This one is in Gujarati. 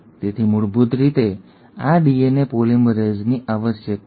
તેથી મૂળભૂત રીતે આ ડીએનએ પોલિમરેઝની આવશ્યકતા છે